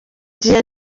gihe